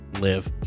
live